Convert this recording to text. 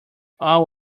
all